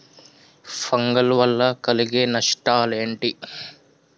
Fungal వల్ల కలిగే నష్టలేంటి?